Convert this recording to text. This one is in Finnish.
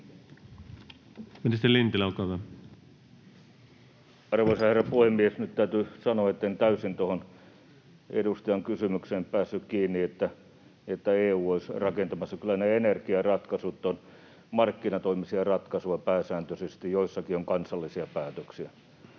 Ministeri Lintilä, olkaa hyvä. Arvoisa herra puhemies! Nyt täytyy sanoa, etten täysin päässyt kiinni tuohon edustajan kysymykseen, että EU olisi rakentamassa. Kyllä ne energiaratkaisut ovat markkinatoimisia ratkaisuja pääsääntöisesti, ja joissakin on kansallisia päätöksiä.